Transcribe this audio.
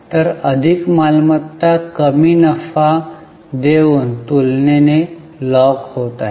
तर अधिक मालमत्ता कमी नफा देऊन तुलनेने लॉक होत आहेत